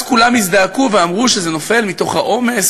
אז כולם הזדעקו ואמרו שזה נופל מתוך העומס